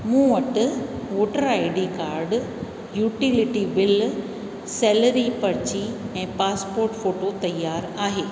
मूं वटि voter I D card utility bill salary पर्ची ऐं पास्पोर्ट फोटो तयारु आहे